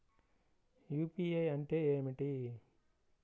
UPI అంటే ఏమిటీ?